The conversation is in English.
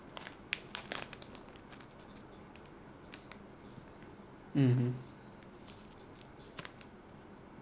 mmhmm